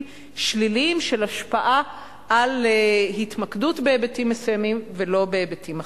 שליליים של השפעה על התמקדות בהיבטים מסוימים ולא בהיבטים אחרים.